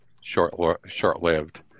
short-lived